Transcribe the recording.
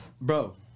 Bro